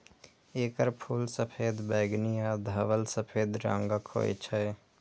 एकर फूल सफेद, बैंगनी आ धवल सफेद रंगक होइ छै